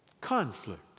Conflict